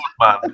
man